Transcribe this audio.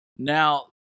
Now